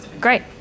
Great